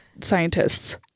scientists